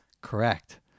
Correct